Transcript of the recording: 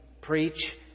preach